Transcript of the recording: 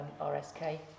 RSK